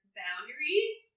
boundaries